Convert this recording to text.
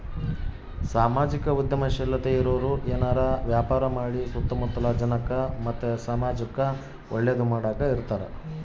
ಸಾಮಾಜಿಕ ಉದ್ಯಮಶೀಲತೆ ಇರೋರು ಏನಾರ ವ್ಯಾಪಾರ ಮಾಡಿ ಸುತ್ತ ಮುತ್ತಲ ಜನಕ್ಕ ಮತ್ತೆ ಸಮಾಜುಕ್ಕೆ ಒಳ್ಳೇದು ಮಾಡಕ ಇರತಾರ